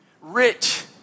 rich